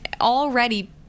already